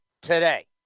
today